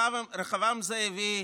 רחבעם זאבי,